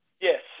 yes